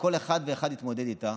שכל אחד ואחד התמודד איתה,